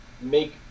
make